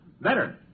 Better